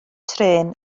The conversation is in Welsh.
trên